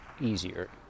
easier